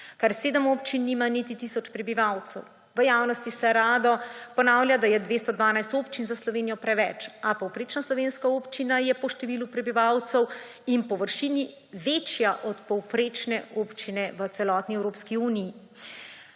Kar 7 občin nima niti tisoč prebivalcev. V javnosti se rado ponavlja, da je 212 občin za Slovenijo preveč, a povprečna slovenska občina je po številu prebivalcev in površini večja od povprečne občine v celotni Evropski uniji.